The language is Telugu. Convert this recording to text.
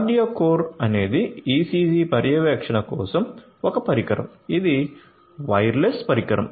QardioCore అనేది ECG పర్యవేక్షణ కోసం ఒక పరికరం ఇది వైర్లెస్ పరికరం